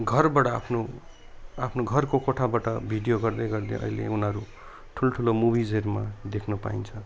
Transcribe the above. घरबाट आफ्नो आफ्नो घरको कोठाबाट भिडियो गर्दैगर्दै अहिले उनीहरू ठुल्ठुलो मुभिजहरूमा देख्नु पाइन्छ